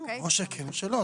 או שכן או שלא.